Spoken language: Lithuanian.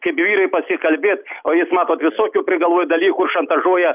kaip vyrai pasikalbėt o jis matot visokių prigalvoja dalykų šantažuoja